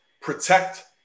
protect